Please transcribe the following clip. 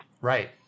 Right